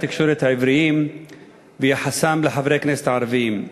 התקשורת העבריים ויחסם לחברי הכנסת הערבים.